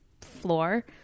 floor